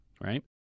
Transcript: right